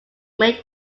made